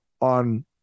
on